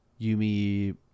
yumi